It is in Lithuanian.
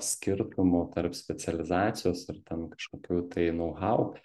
skirtumų tarp specializacijos ir ten kažkokių tai nou hau